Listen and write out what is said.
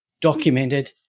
documented